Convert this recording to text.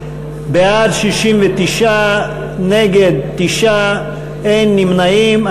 בעד, 69, נגד, 9, אין נמנעים.